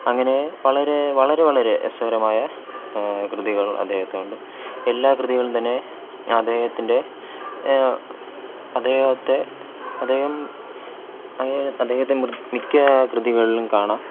അങ്ങനെ വളരെ വളരെ വളരെ രസകരമായ കൃതികൾ അദ്ദേഹത്തിനുണ്ട് എല്ലാ കൃതികളും തന്നെ അദ്ദേഹത്തിൻ്റെ അദ്ദേഹത്തെ അദ്ദേഹം അദ്ദേഹത്തെ മിക്ക കൃതികളിലും കാണാം